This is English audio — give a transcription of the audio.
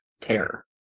terror